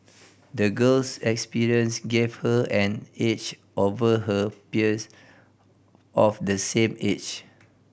the girl's experience gave her an edge over her peers of the same age